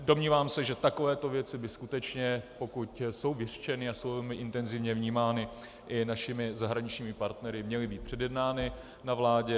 Domnívám se, že takovéto věci by skutečně, pokud jsou vyřčeny, a jsou velmi intenzivně vnímány i našimi zahraničními partnery, měly být předjednány na vládě.